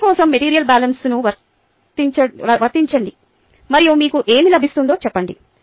A కోసం material బ్యాలెన్స్ను వర్తించండి మరియు మీకు ఏమి లభిస్తుందో చెప్పండి